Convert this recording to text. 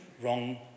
wrong